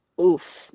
Oof